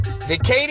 Katie